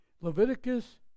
Leviticus